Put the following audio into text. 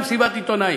מסיבת עיתונאים,